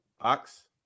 Ox